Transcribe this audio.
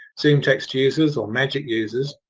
zoomtext users, or magic users.